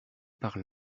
par